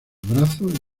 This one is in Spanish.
brazos